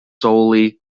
solely